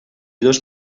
dos